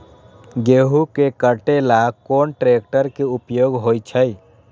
गेंहू के कटे ला कोंन ट्रेक्टर के उपयोग होइ छई?